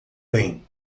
bem